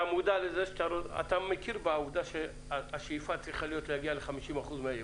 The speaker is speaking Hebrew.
אתה מכיר בעובדה שהשאיפה צריכה להיות 50% מהיבוא?